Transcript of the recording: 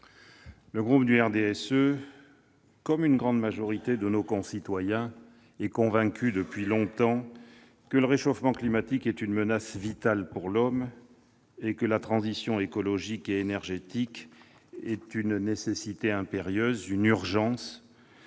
Le groupe du RDSE, comme une grande majorité de nos concitoyens, est convaincu depuis longtemps que le réchauffement climatique est une menace vitale pour l'homme et que la transition écologique et énergétique est une nécessité impérieuse, une urgence,